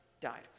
died